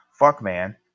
Fuckman